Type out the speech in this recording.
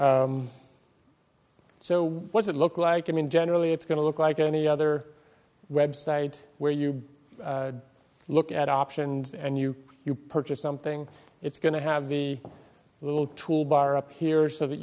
so what's it look like i mean generally it's going to look like any other website where you look at options and you you purchase something it's going to have the little toolbar up here so that